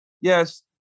yes